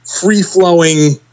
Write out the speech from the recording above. free-flowing